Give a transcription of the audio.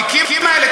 התיקים האלה,